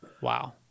Wow